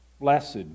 blessed